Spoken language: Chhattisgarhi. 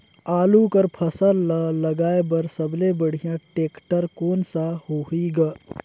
आलू कर फसल ल लगाय बर सबले बढ़िया टेक्टर कोन सा होही ग?